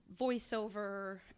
voiceover